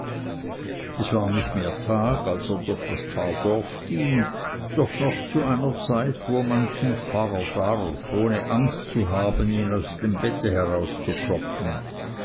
es war nicht mehr tag als er durch das pfarrdorf ging doch noch zu einer zeit wo man zum pfarrer darf ohne angst zu haben ihn aus dem bette herauszuklopfen